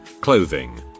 clothing